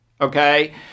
okay